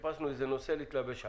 וחיפשנו איזה נושא להתלבש עליו.